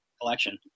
collection